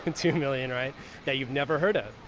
two million, right that you've never heard of.